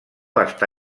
està